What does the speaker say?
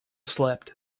slept